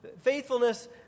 Faithfulness